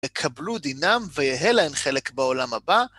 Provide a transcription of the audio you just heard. יקבלו דינם, ויהיה להם חלק בעולם הבא.